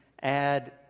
add